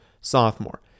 sophomore